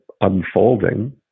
unfolding